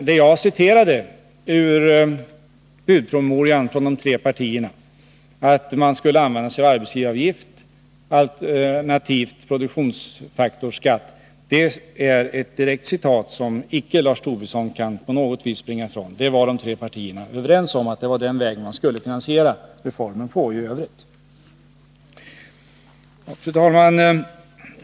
Det jag åberopade i budpromemorian från de tre partierna, att man skulle finansiera reformen via arbetsgivaravgifter eller alternativt via en produktionsfaktorsskatt, är således ett direkt citat som Lars Tobisson icke på något vis kan springa ifrån. De tre partierna var överens om att det var den vägen man skulle finansiera reformen. Fru talman!